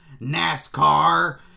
NASCAR